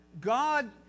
God